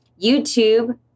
YouTube